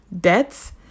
debts